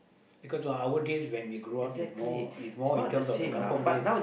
because when our days when we grew up is more is more in terms of the kampung days